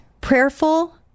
Prayerful